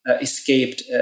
escaped